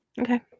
okay